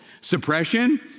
Suppression